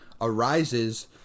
arises